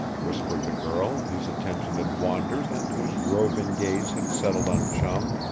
whispered the girl, whose attention had wandered and whose roving gaze had settled on chum.